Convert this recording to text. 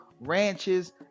ranches